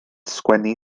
sgwennu